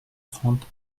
trente